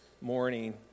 morning